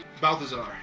Balthazar